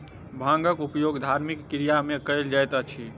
भांगक उपयोग धार्मिक क्रिया में कयल जाइत अछि